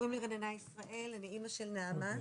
קוראים לי רננה ישראל, אני אמא של נעמה.